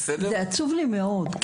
זה עצוב לי מאוד,